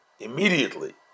Immediately